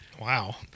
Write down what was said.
Wow